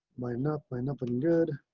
my number. my number one. good.